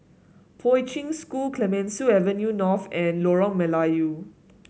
Poi Ching School Clemenceau Avenue North and Lorong Melayu